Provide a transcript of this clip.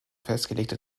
festgelegte